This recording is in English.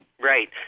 Right